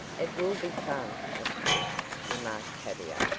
it will be fun, of course, remarked tavia,